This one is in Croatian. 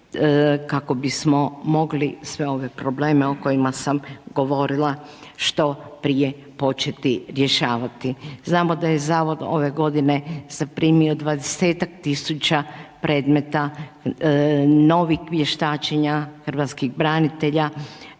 kako bismo mogli sve ove probleme o kojima sam govorila što prije početi rješavati. Znamo da je Zavod ove godine zaprimio 20-ak tisuća predmeta novih vještačenja hrvatskih branitelja